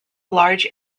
large